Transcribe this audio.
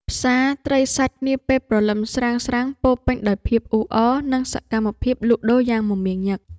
ផ្សារត្រីសាច់នាពេលព្រលឹមស្រាងៗពោរពេញដោយភាពអ៊ូអរ និងសកម្មភាពលក់ដូរយ៉ាងមមាញឹក។